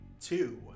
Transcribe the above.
Two